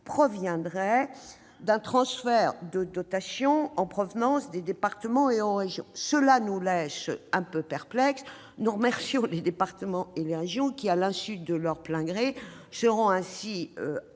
proviendrait d'un transfert de dotations en provenance des départements et des régions. Cela nous laisse perplexes : nous remercions les départements et les régions, lesquels, à l'insu de leur plein gré, seront ainsi amenés